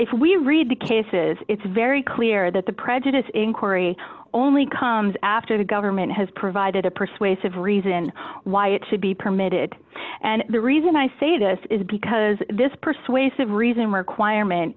if we read the cases it's very clear that the prejudice inquiry only comes after the government has provided a persuasive reason why it should be permitted and the reason i say this is because this persuasive reason requirement